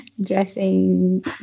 dressing